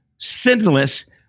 Sinless